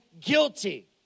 guilty